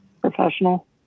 professional